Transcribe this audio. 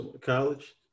College